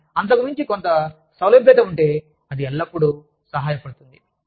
కానీ అంతకు మించి కొంత సౌలభ్యత ఉంటే అది ఎల్లప్పుడూ సహాయపడుతుంది